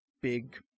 big